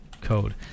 code